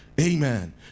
Amen